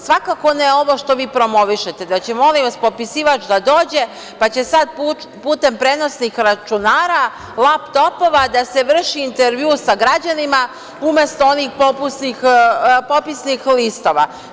Svakako ne ovo što vi promovišete, da će onaj popisivač da dođe, pa će sada putem prenosnih računara, laptopova da se vrši intervju sa građanima, umesto onih popisnih listova.